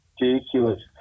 ridiculous